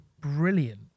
brilliant